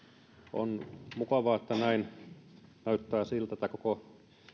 on mukavaa että näyttää siltä että koko